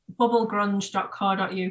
Bubblegrunge.co.uk